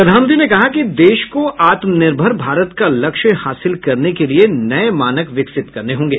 प्रधानमंत्री ने कहा कि देश को आत्मनिर्भर भारत का लक्ष्य हासिल करने के लिए नए मानक विकसित करने होंगे